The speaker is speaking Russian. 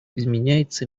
изменяется